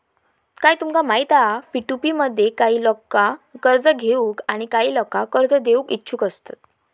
काय तुमका माहित हा पी.टू.पी मध्ये काही लोका कर्ज घेऊक आणि काही लोका कर्ज देऊक इच्छुक असतत